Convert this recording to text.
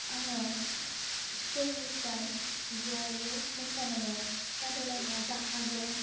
आङो स्कुलनिफ्राय ज'यै मोसानायाव बादायलायनायाव बाहागो